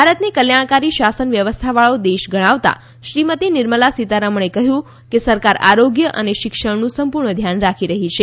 ભારતને કલ્યાણકારી શાસન વ્યવસ્થાવાળો દેશ ગણાવતાં શ્રીમતી નિર્મલા સીતારમણે કહ્યું કે સરકાર આરોગ્ય અને શિક્ષણનું સંપૂર્ણ ધ્યાન રાખી રહી છે